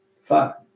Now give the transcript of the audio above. fuck